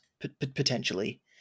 potentially